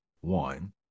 one